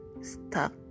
stuck